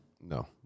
No